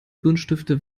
buntstifte